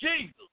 Jesus